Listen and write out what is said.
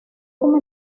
como